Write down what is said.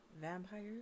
vampires